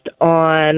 on